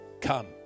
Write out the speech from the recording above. come